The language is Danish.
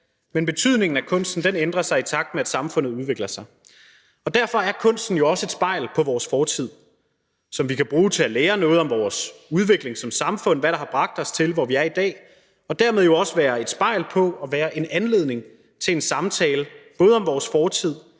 men betydningen af kunsten ændrer sig i takt med, at samfundet udvikler sig. Derfor er kunsten jo også et spejl på vores fortid, som vi kan bruge til at lære noget om vores udvikling som samfund, og hvad der har bragt os dertil, hvor vi er i dag, og dermed kan den jo også være et spejl på og være en anledning til en samtale både om vores fortid,